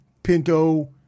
Pinto